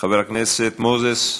חבר הכנסת מנחם אליעזר מוזס,